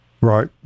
Right